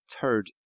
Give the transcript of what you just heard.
third